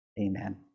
Amen